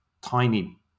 tiny